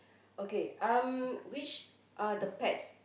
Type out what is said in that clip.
okay um which are the pets